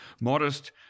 modest